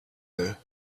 there